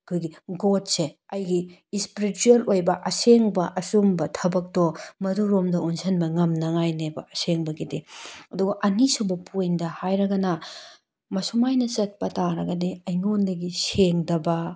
ꯑꯩꯈꯣꯏꯒꯤ ꯒꯣꯗꯁꯦ ꯑꯩꯒꯤ ꯑꯦꯄ꯭ꯔꯤꯇꯨꯋꯦꯜ ꯑꯣꯏꯕ ꯑꯁꯦꯡꯕ ꯑꯆꯨꯝꯕ ꯊꯕꯛꯇꯣ ꯃꯗꯨꯔꯣꯝꯗ ꯑꯣꯟꯁꯤꯟꯕ ꯉꯝꯅꯉꯥꯏꯅꯦꯕ ꯑꯁꯦꯡꯕꯒꯤꯗꯤ ꯑꯗꯨꯒ ꯑꯅꯤꯁꯨꯕ ꯄꯣꯏꯟꯠꯇ ꯍꯥꯏꯔꯒꯅ ꯃꯁꯨꯃꯥꯏꯅ ꯆꯠꯄ ꯇꯔꯒꯗꯤ ꯑꯩꯉꯣꯟꯗꯒꯤ ꯁꯦꯡꯗꯕ